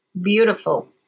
beautiful